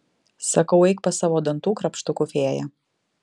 sakau eik pas savo dantų krapštukų fėją